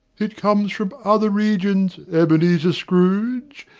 it comes from other regions, ebenezer scrooge,